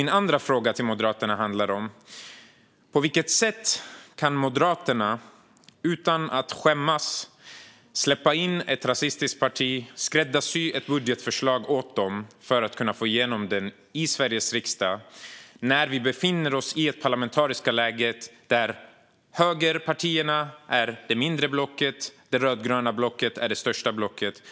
En annan fråga till Moderaterna är: På vilket sätt kan Moderaterna utan att skämmas släppa in ett rasistiskt parti och skräddarsy ett budgetförslag till det partiet för att kunna få igenom det i Sveriges riksdag när vi befinner oss i ett parlamentariskt läge där högerpartierna är det mindre blocket och det rödgröna blocket är det största blocket?